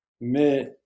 Mais